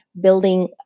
building